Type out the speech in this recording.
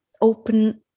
open